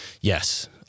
Yes